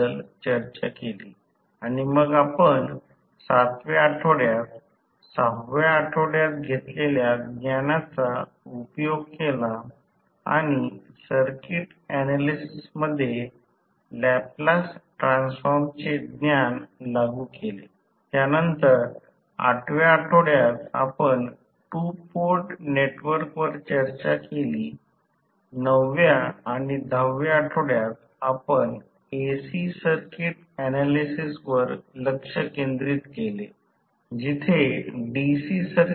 आकृतीतून जास्तीत जास्त मेकॅनिकल उर्जा उत्पादनासाठी सशर्त आपण पाहिले आहे की आपण पाहिलेल्या dc सर्किट मध्ये जास्तीत जास्त ऊर्जा हस्तांतरण प्रमेय वापरले आहे त्या त्यामध्ये भार प्रतिरोध आहे r2 1S 1 ते r Thevenin r2 2 x Thevenin x 2 2 च्या बरोबरीचे आहे